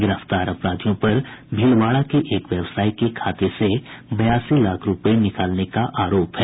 गिरफ्तार अपराधियों पर भीलवाड़ा के एक व्यवसायी के खाते से बयासी लाख रूपये निकालने का आरोप है